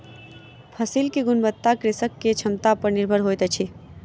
फसिल के गुणवत्ता कृषक के क्षमता पर निर्भर होइत अछि